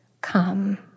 come